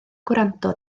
gwrando